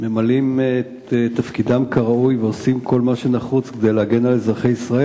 ממלאים את תפקידם כראוי ועושים כל מה שנחוץ כדי להגן על אזרחי ישראל.